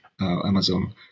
Amazon